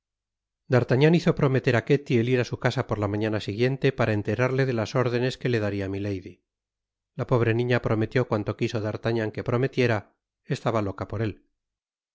d'artagnan hizo prometer á ketty el ir á su casa por la mañana siguiente para enterarle de las órdenes que le daria milady la pobre niña prometió cuanto quiso d'artagnan que prometiera estaba loca por él